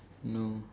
no